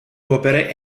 opere